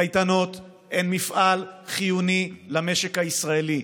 קייטנות הן מפעל חיוני למשק הישראלי.